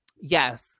yes